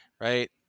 right